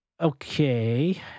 Okay